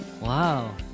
wow